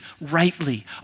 rightly